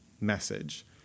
message